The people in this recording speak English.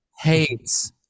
hates